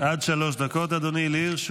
עד שלוש דקות לרשותך,